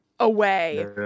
away